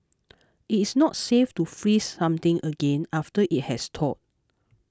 it is not safe to freeze something again after it has thawed